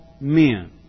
men